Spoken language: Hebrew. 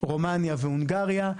רומניה והונגריה.